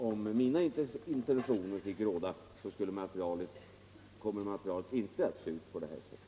Om mina intentioner får råda kommer materialet inte att se ut på detta sätt.